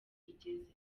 igeze